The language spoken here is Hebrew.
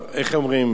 איך אומרים,